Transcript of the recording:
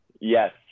Yes